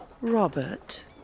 Robert